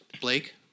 Blake